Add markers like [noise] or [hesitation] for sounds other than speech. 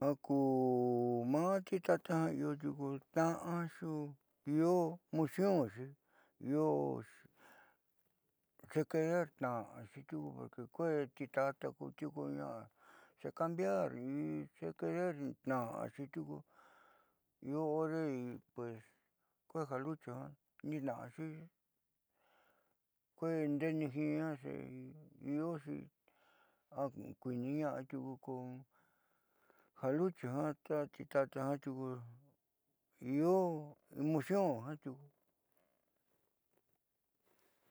[hesitation] maa titata ja io tiuku tna'a jiaa io mocionxi io xe querertna'axi tiuku kuee titata kuti ko ña xe cambiar in xe quererta'axi tiuku io hore kuee ja luchi ja nitna'axi kueendenijiiñaa xe ioxi jakuiniña'atiuku ko ja luchi ja titata tiuku io emoción jia'a tiuku.